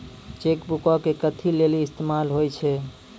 Cheque बुको के कथि लेली इस्तेमाल होय छै?